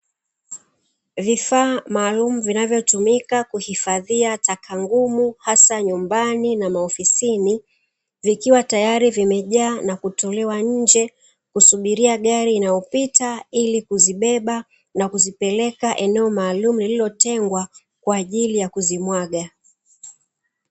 Vifaa maalumu vinavyotumika kuhifadhia taka ngumu hasa nyumbani na maofisini, vikiwa tayari vimejaa na kutolewa nje, kusubiria gari inayopita ili kuzibeba na kuzipeleka eneo maalumu lililotengwa kwa ajili ya kuzimwaga.